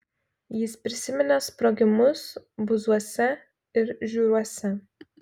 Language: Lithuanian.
jis prisiminė sprogimus buzuose ir žiūruose